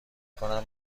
کنم